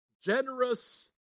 generous